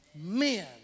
Men